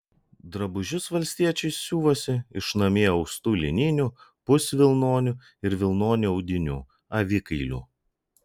drabužius valstiečiai siuvosi iš namie austų lininių pusvilnonių ir vilnonių audinių avikailių